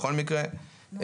בכל מקרה,